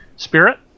Spirit